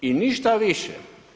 I ništa više.